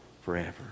forever